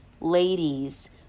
ladies